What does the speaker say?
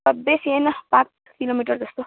sir बेसी होइन पाँच किलोमिटर जस्तो